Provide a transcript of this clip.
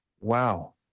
wow